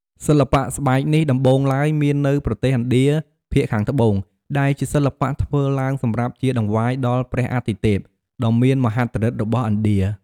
សិល្បៈស្បែកនេះដំបូងឡើយ មាននៅប្រទេសឥណ្ឌាភាគខាងត្បូង ដែលជាសិល្បៈធ្វើឡើងសម្រាប់ជាតង្វាយដល់ព្រះអាទិទេពដ៏មាន មហិទ្ធិឫទ្ធិរបស់ឥណ្ឌា ។